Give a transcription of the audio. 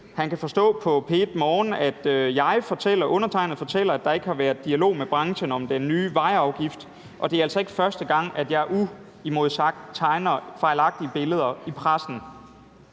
han kan forstå på P1 Morgen, at jeg har fortalt, at der ikke har været dialog med branchen om den nye vejafgift, og han skriver, at det altså ikke er første gang, at jeg uimodsagt tegner fejlagtige billeder i pressen.